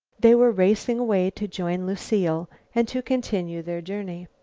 they were racing away to join lucile and to continue their journey.